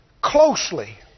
closely